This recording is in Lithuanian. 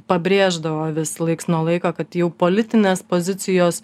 pabrėždavo vis laiks nuo laiko kad jau politinės pozicijos